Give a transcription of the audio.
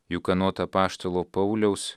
juk anot apaštalo pauliaus